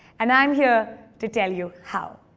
and i'm here to tell you how.